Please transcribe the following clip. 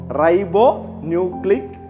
ribonucleic